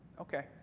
Okay